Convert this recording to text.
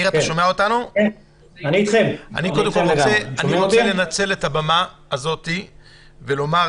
אני רוצה לנצל את הבמה הזאת כדי להודות